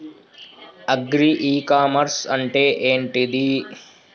Agri e commerce అంటే ఏంటిది?